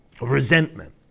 Resentment